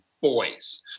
boys